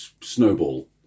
snowball